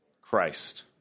Christ